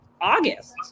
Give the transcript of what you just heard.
august